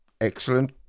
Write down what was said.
excellent